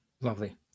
Lovely